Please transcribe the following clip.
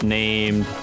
named